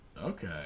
Okay